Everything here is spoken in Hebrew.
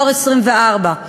"דואר 24",